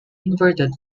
inverted